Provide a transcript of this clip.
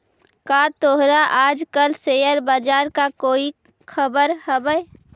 का तोहरा आज कल शेयर बाजार का कोई खबर हवअ